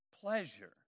pleasure